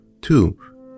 Two